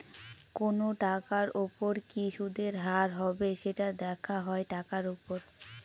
কোনো টাকার উপর কি সুদের হার হবে, সেটা দেখা হয় টাকার উপর